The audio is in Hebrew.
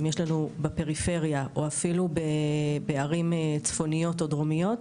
אם יש לנו בפריפריה או אפילו בערים צפוניות או דרומיות,